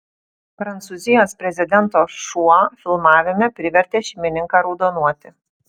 prancūzijos prezidento šuo filmavime privertė šeimininką raudonuoti